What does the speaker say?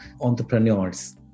entrepreneurs